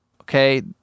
okay